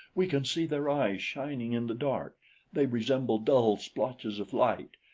we can see their eyes shining in the dark they resemble dull splotches of light.